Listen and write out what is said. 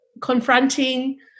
confronting